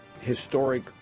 historic